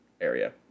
area